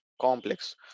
complex